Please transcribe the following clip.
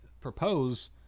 propose